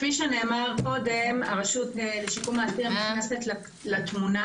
כפי שנאמר קודם, הרשות לשיקום האסיר נכנסת לתמונה